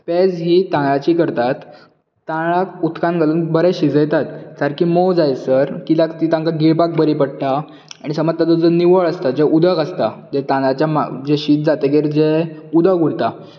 पेज ही तांदळाची करतात तांदळांक उदकांत घालून बरे शिजयतात सारकी मोव जाय सर कित्याक ती तांकां गिळपाक बरी पडटा आनी समज ताचो जो निवळ आसता जें उदक आसता जें तांदळांचें शीत जातकीच जें उदक उरता